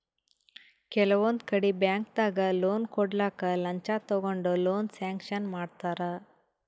ಕೆಲವೊಂದ್ ಕಡಿ ಬ್ಯಾಂಕ್ದಾಗ್ ಲೋನ್ ಕೊಡ್ಲಕ್ಕ್ ಲಂಚ ತಗೊಂಡ್ ಲೋನ್ ಸ್ಯಾಂಕ್ಷನ್ ಮಾಡ್ತರ್